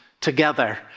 together